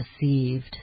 deceived